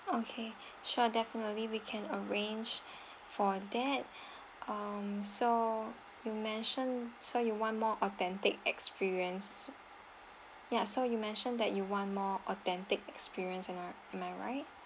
okay sure definitely we can arrange for that um so you mentioned so you want more authentic experience ya so you mentioned that you want more authentic experience am I